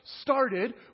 started